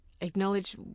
acknowledge